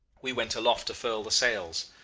we went aloft to furl the sails.